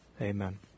Amen